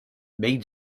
main